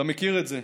אתה מכיר את זה.